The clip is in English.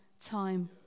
time